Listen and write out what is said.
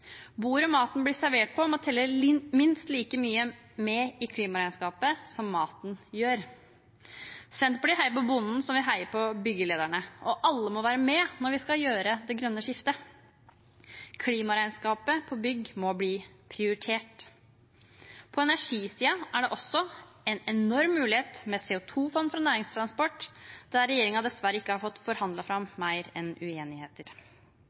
maten blir servert på, må telle minst like mye med i klimaregnskapet som maten gjør. Senterpartiet heier på bonden, som vi heier på byggelederne, og alle må være med når vi skal gjøre det grønne skiftet. Klimaregnskapet for bygg må bli prioritert. På energisiden er det også en enorm mulighet med CO2-fond for næringstransport, der regjeringen dessverre ikke har fått forhandlet fram mer enn uenigheter.